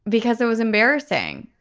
because it was embarrassing.